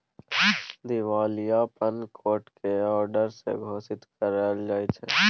दिवालियापन कोट के औडर से घोषित कएल जाइत छइ